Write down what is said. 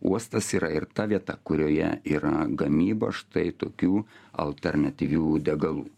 uostas yra ir ta vieta kurioje yra gamyba štai tokių alternatyvių degalų